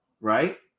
right